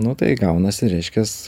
nu tai gaunasi reiškias